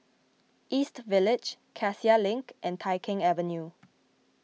East Village Cassia Link and Tai Keng Avenue